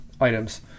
items